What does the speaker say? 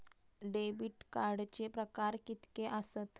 Debit कार्डचे प्रकार कीतके आसत?